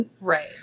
Right